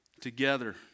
Together